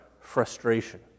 frustration